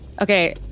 okay